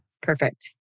Perfect